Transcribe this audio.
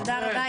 תודה רבה.